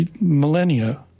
millennia